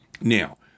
Now